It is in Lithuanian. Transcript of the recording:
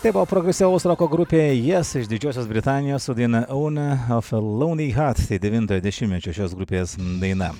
tai buvo progresyvaus roko grupėjes iš didžiosios britanijos su daina aune of e launi hat devintojo dešimtmečio šios grupės daina